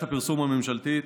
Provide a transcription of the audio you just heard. הפרסום הממשלתית